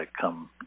come